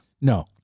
No